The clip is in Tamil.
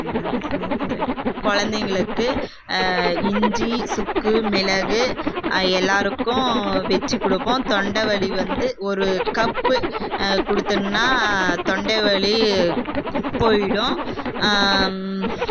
என்ன பேசுகிறேன்னே தெரியலை குழந்தைங்களுக்கு இஞ்சி சுக்கு மிளகு எல்லாேருக்கும் வெச்சு கொடுப்போம் தொண்டைவலி வந்து ஒரு கப்பு கொடுத்தோன்னா தொண்டைவலி போய்விடும்